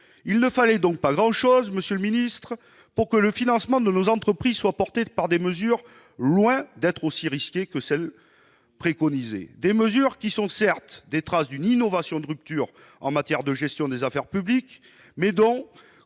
Il ne fallait donc pas grand-chose, monsieur le ministre, pour que le financement de nos entreprises soit porté par des mesures qui sont loin d'être aussi risquées que celles qui sont préconisées. Celles-ci portent, certes, des traces d'une innovation de rupture en matière de gestion des affaires publiques, mais je